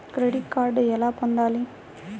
Credit card ఎలా పొందాలి?